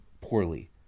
poorly